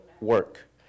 work